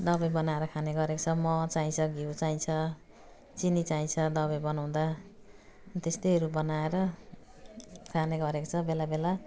दबाई बनाएर खाने गरेको छ मह चाहिन्छ घिउ चाहिन्छ चिनी चाहिन्छ दबाई बनाउँदा त्यस्तैहरू बनाएर खाने गरेको छ बेला बेला